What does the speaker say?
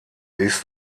ist